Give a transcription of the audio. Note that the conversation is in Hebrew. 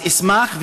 אז אשמח,